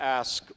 ask